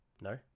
No